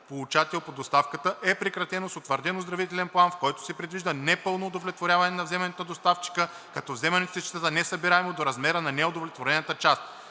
получател по доставката, е прекратено с утвърден оздравителен план, в който се предвижда непълно удовлетворяване на вземането на доставчика, като вземането се счита за несъбираемо до размера на неудовлетворената част;